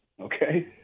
Okay